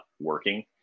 working